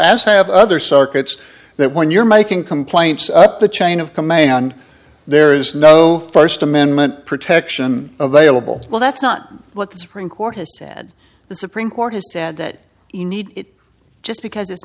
as have other circuits that when you're making complaints up the chain of command there is no first amendment protection of vailable well that's not what the supreme court has said the supreme court has said that you need it just because it's